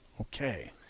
Okay